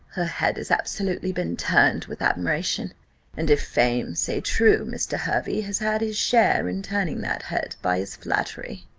her head has absolutely been turned with admiration and if fame say true, mr. hervey has had his share in turning that head by his flattery.